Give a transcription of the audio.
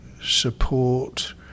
support